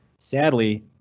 sadly,